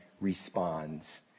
responds